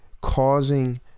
causing